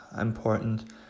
important